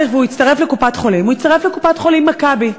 והצטרף לקופת-חולים "מכבי",